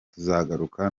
tuzagaruka